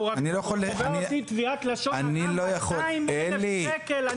הוא תובע אותי תביעת לשון הרע 200,000 שקל,